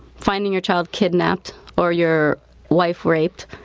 finding your child kidnapped or your wife raped.